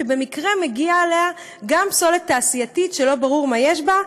שבמקרה מגיעה אליה גם פסולת תעשייתית שלא ברור מה יש בה,